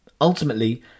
Ultimately